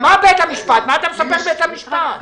מה אתה מספר לי בית המשפט?